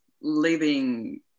living